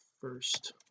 first